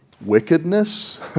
wickedness